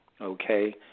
okay